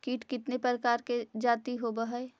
कीट कीतने प्रकार के जाती होबहय?